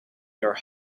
your